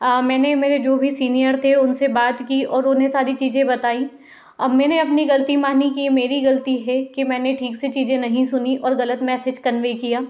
मैंने मेरे जो भी सीनियर थे उनसे बात की और उन्हें सारी चीज़ें बताईं अब मैंने अपनी गलती मानी कि मेरी गलती है कि मैंने ठीक से चीज़ें नहीं सुनी और गलत मैसेज कन्वे किया